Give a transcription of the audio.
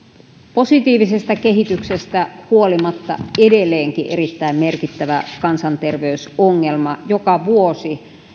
positiivisesta kehityksestä huolimatta edelleenkin erittäin merkittävä kansanterveysongelma joka vuosi